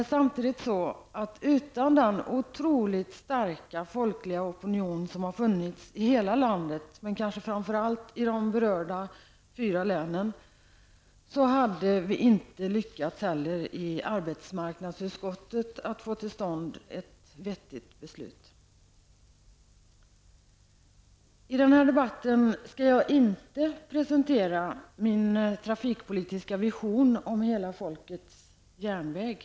Men samtidigt är det så, att utan den otroligt starka folkopinion som har funnits i hela landet -- och kanske framför allt i de fyra berörda länen -- skulle det inte heller för arbetsmarknadsutskottet ha varit möjligt att få till stånd ett vettigt beslut. I den här debatten skall jag inte presentera min trafikpolitiska vision om Hela folkets järnväg.